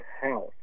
house